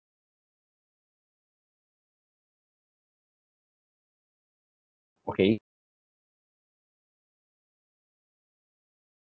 okay